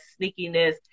sneakiness